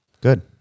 Good